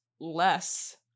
less